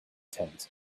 tent